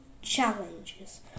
Challenges